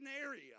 area